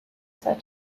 said